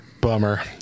bummer